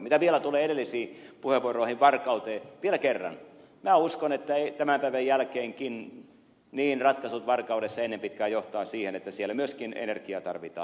mitä vielä tulee edellisiin puheenvuoroihin varkauteen vielä kerran minä uskon että tämän päivän jälkeenkin ratkaisut varkaudessa ennen pitkää johtavat siihen että siellä myöskin energiaa tarvitaan